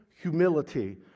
humility